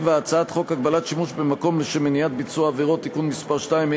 7. הצעת חוק הגבלת שימוש במקום לשם מניעת ביצוע עבירות (תיקון מס' 2),